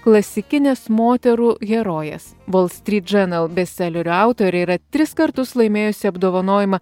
klasikinės moterų herojės volstryt džernal bestselerių autorė yra tris kartus laimėjusi apdovanojimą